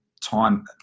time